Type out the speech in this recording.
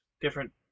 different